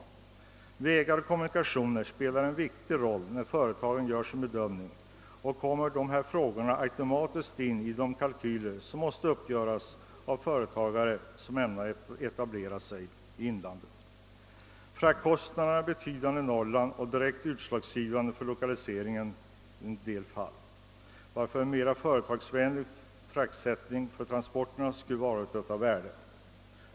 Den viktiga frågan om vägar och kommunikationer spelar en betydande roll när företagen gör sina bedömningar, och den kommer automatiskt in i de kalkyler som måste göras upp av företagare som ämnar etablera sig i inlandet. Fraktkostnaderna är betydande i Norrland och direkt utslagsgivande för lokaliseringen i en del fall, varför en mera företagsvänlig fraktsättning skulle vara av värde.